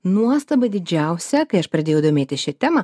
nuostaba didžiausia kai aš pradėjau domėtis šia tema